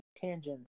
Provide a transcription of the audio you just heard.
tangent